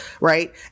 Right